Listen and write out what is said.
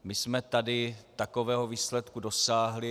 My jsme tady takového výsledku dosáhli.